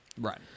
Right